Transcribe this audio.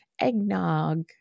eggnog